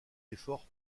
effort